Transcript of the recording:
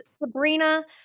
Sabrina